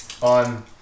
on